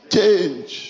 change